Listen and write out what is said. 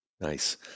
Nice